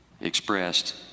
expressed